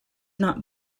not